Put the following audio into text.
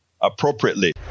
appropriately